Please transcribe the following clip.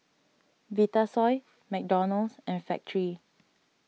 Vitasoy McDonald's and Factorie